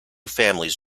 families